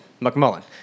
McMullen